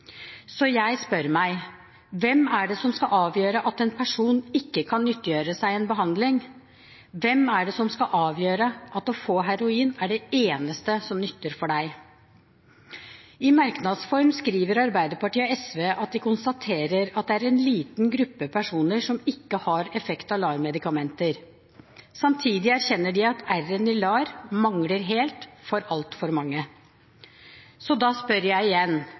Så jeg spør meg: Hvem er det som skal avgjøre at en person ikke kan nyttiggjøre seg en behandling? Hvem er det som skal avgjøre at å få heroin er det eneste som nytter for akkurat deg? I merknadsform skriver Arbeiderpartiet og SV at de konstaterer at det er en liten gruppe personer som ikke har effekt av LAR-medikamenter. Samtidig erkjenner de at r-en i LAR mangler helt for altfor mange. Så da spør jeg igjen: